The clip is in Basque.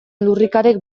lurrikarek